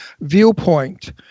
viewpoint